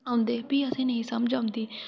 आंदे फ्ही असैं गी नेईं समझ औंदी